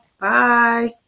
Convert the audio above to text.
Bye